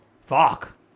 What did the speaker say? fuck